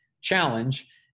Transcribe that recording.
challenge